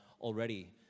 already